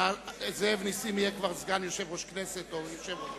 שנסים זאב יהיה כבר סגן יושב-ראש כנסת או יושב-ראש,